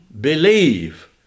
believe